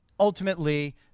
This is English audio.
ultimately